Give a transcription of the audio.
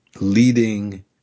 leading